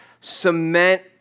cement